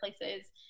places